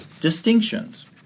distinctions